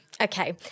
Okay